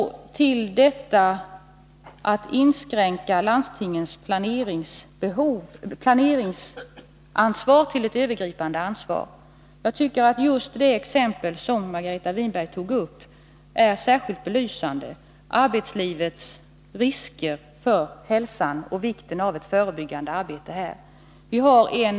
Vad sedan beträffar tanken att inskränka landstingens planeringsansvar till ett övergripande ansvar tycker jag att just det exempel som Margareta Winberg tog upp är särskilt belysande. Det gällde arbetslivets risker för hälsan och vikten av ett förebyggande arbete på det området.